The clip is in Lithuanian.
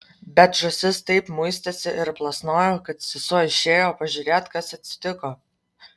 bet žąsis taip muistėsi ir plasnojo kad sesuo išėjo pažiūrėti kas atsitiko